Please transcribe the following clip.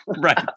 Right